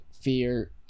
fear